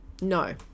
No